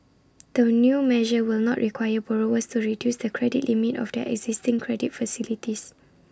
the new measure will not require borrowers to reduce the credit limit of their existing credit facilities